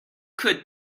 could